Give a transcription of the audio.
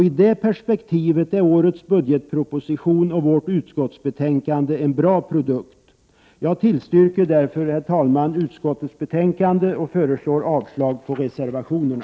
I det perspektivet är årets budgetproposition och vårt utskottsbetänkande en bra produkt. Jag yrkar därför, herr talman, bifall till utskottets hemställan och föreslår avslag på reservationerna.